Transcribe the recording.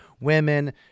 women